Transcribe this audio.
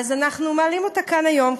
אז אנחנו מעלים אותה כאן היום,